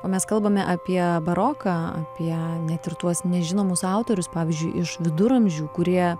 o mes kalbame apie baroką apie net ir tuos nežinomus autorius pavyzdžiui iš viduramžių kurie